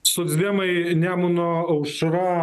socdemai nemuno aušra